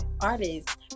artists